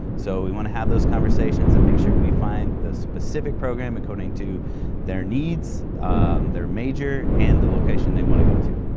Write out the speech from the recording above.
so we want to have those conversations and make sure we find the specific program according to their needs, um their major and the location they want to go to.